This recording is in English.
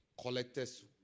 collector's